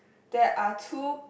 there are two